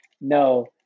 No